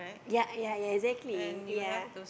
ya ya exactly ya